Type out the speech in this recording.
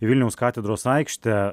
į vilniaus katedros aikštę